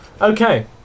Okay